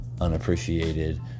unappreciated